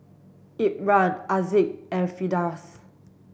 Imran Aziz and Firdaus